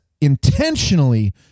intentionally